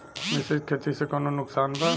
मिश्रित खेती से कौनो नुकसान बा?